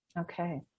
Okay